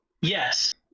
Yes